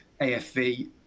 AFV